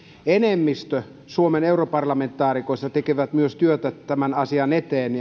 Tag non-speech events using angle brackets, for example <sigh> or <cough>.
enemmistö suomen europarlamentaarikoista tekee myös työtä tämän asian eteen <unintelligible>